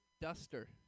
duster